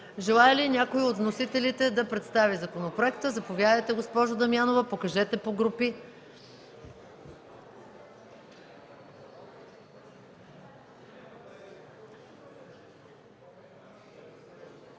Желае ли някой от вносителите да представи законопроекта? Заповядайте, госпожо Дамянова. МИЛЕНА ДАМЯНОВА